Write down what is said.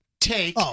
take